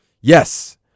Yes